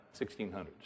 1600s